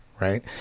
right